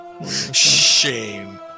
Shame